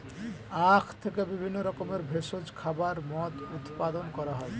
আখ থেকে বিভিন্ন রকমের ভেষজ খাবার, মদ্য উৎপাদন করা হয়